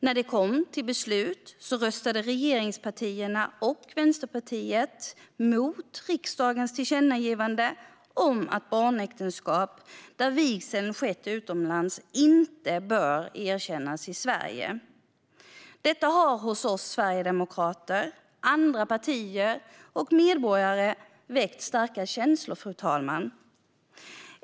När det kom till beslut röstade regeringspartierna och Vänsterpartiet emot riksdagens tillkännagivande om att barnäktenskap där vigseln skett utomlands inte bör erkännas i Sverige. Detta har hos oss sverigedemokrater, i andra partier och bland medborgare väckt starka känslor, fru talman.